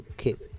keep